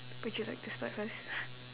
would you like to start first